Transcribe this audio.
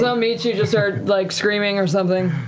so meet you, just start like screaming or something.